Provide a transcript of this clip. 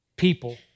people